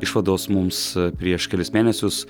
išvados mums prieš kelis mėnesius